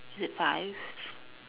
is it five